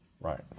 Right